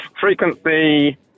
frequency